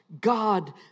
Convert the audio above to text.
God